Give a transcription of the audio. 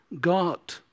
God